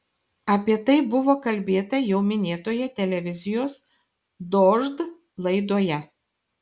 apie tai buvo kalbėta jau minėtoje televizijos dožd laidoje